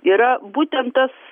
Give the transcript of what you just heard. yra būtent tas